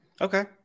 Okay